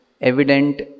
evident